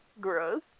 Gross